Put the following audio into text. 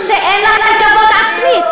שאין להם כבוד עצמי.